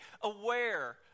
aware